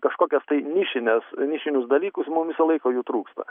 kažkokias tai nišines nišinius dalykus mum visą laiką jų trūksta